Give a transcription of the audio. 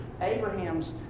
Abraham's